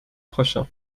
prochain